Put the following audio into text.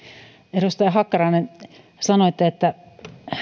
edustaja hakkarainen sanoitte että